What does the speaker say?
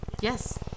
Yes